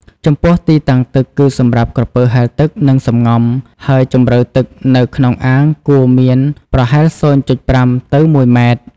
ចំពោះទីតាំងទឹក គឺសម្រាប់ក្រពើហែលទឹក និងសម្ងំ ហើយជម្រៅទឹកនៅក្នុងអាងគួរមានប្រហែល ០.៥ ទៅ១ ម៉ែត្រ។